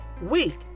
week